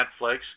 netflix